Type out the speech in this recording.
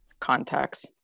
contacts